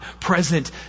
present